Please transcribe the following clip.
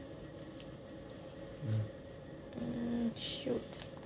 mm